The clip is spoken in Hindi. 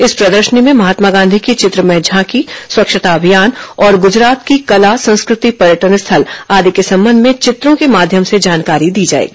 इस प्रदर्शनी में महात्मा गांधी की चित्रमय झांकी स्वच्छता अभियान और गुजरात की कला संस्कृति पर्यटन स्थल आदि के संबंध में चित्रों के माध्यम से जानकारी दी जाएगी